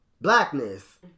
blackness